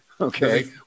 okay